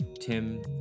tim